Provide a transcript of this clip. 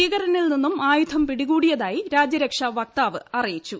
ഭീകരനിൽ നിന്നും ആയുധം പിടികൂടിയതായി രാജ്യരക്ഷാ വക്താവ് അറിയിച്ചു